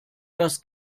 das